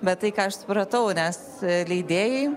bet tai ką aš supratau nes leidėjai